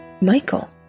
Michael